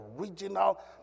original